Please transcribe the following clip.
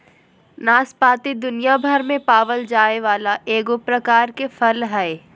नाशपाती दुनियाभर में पावल जाये वाला एगो प्रकार के फल हइ